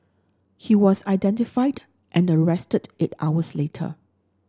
he was identified and arrested eight hours later